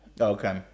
Okay